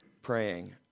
praying